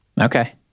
Okay